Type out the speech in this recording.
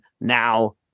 now